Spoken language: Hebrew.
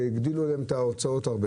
שהגדילו להם מאוד את ההוצאות שלהם.